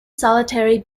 solitary